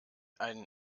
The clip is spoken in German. einen